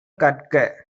கற்க